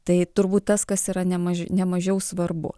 tai turbūt tas kas yra nemaži nemažiau svarbu